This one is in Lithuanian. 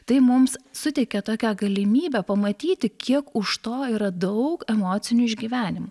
tai mums suteikia tokią galimybę pamatyti kiek už to yra daug emocinių išgyvenimų